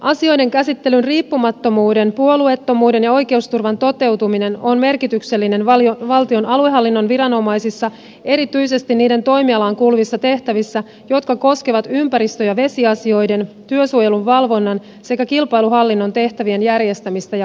asioiden käsittelyn riippumattomuuden puolueettomuuden ja oikeusturvan toteutuminen on merkityksellinen valtion aluehallinnon viranomaisissa erityisesti niiden toimialaan kuuluvissa tehtävissä jotka koskevat ympäristö ja vesiasioiden työsuojelun valvonnan sekä kilpailuhallinnon tehtävien järjestämistä ja hoitamista